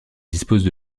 disposent